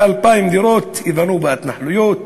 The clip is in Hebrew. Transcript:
כ-2,000 דירות ייבנו בהתנחלויות,